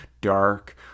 dark